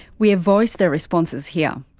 we have voiced their responses here.